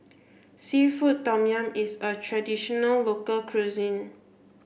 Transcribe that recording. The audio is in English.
seafood tom yum is a traditional local cuisine